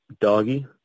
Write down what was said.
doggy